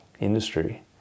industry